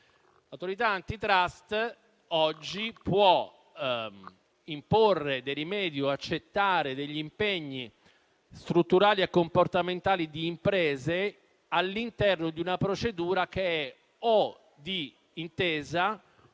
dell'Autorità *antitrust*, che oggi può imporre rimedi o accettare impegni strutturali e comportamentali di imprese all'interno di una procedura che è o di intesa